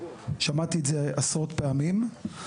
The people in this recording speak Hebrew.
שמעתי את זה עשרות פעמים.